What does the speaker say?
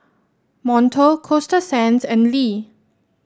Monto Coasta Sands and Lee